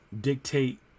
dictate